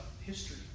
history